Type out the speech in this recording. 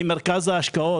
ממרכז ההשקעות.